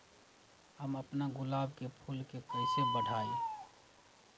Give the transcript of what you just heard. हम अपना गुलाब के फूल के कईसे बढ़ाई?